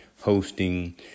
hosting